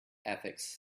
ethics